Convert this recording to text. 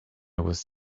was